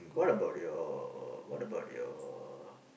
what about your what about your